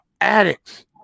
addicts